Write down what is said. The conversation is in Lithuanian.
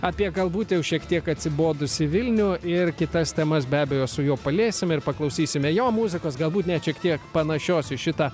apie galbūt jau šiek tiek atsibodusį vilnių ir kitas temas be abejo su juo paliesime ir paklausysime jo muzikos galbūt net šiek tiek panašios į šitą